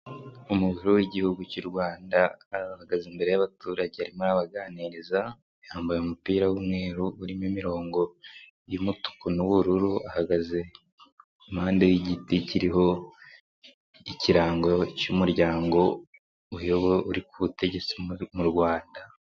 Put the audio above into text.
Umukuru w'igihugu cy'u Rwanda akaba ahahagaze imbere y'abaturage arimo arabaganiriza, yambaye umupira w'umweru urimo imirongo y'umutuku n'ubururu, ahahagaze impande y'igiti kiriho ikirango cy'umuryango uri ku butegetsi mu Rwanda.